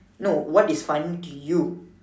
no what is funny to you